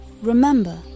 Remember